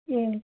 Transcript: ए